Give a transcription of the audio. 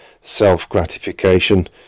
self-gratification